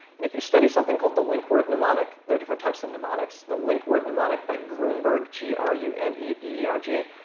and if you study something called the linkword mnemonic there are different types of mnemonics the linkword mnemonic by gruneberg, g r u n and e b e r g,